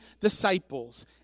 disciples